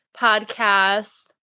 podcast